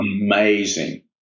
amazing